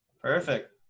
Perfect